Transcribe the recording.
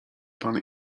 pan